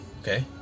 okay